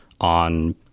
on